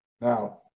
Now